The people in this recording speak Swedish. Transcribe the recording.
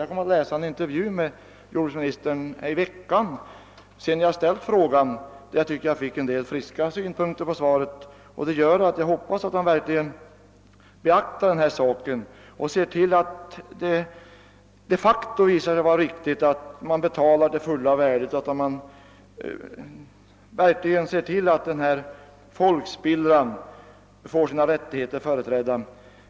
Efter det att jag framställt min fråga läste jag i en tidning en intervju med jordbruksministern, där jag fick en del friska synpunkter, och därför kan jag med ännu större skäl hoppas att jordbruksministern beaktar denna fråga och ser till att skada och intrång genom undersökningsarbetet verkligen ersättes till fulla värdet och att den folkspillra det här gäller får sina rättigheter tillvaratagna.